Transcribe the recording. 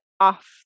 off